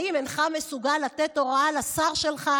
האם אינך מסוגל לתת הוראה לשר שלך,